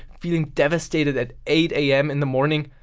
feeling devestated at eight am in the morning,